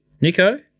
Nico